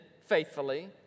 faithfully